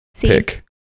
pick